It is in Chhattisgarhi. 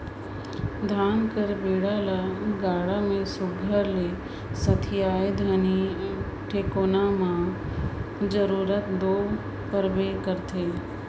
धान कर बीड़ा ल गाड़ा मे सुग्घर ले सथियाए घनी टेकोना कर जरूरत दो परबे करथे